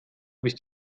bist